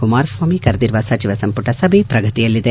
ಕುಮಾರಸ್ವಾಮಿ ಕರೆದಿರುವ ಸಚಿವ ಸಂಪುಟ ಸಭೆ ಪ್ರಗತಿಯಲ್ಲಿದೆ